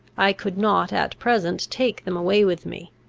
i could not at present take them away with me.